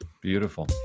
beautiful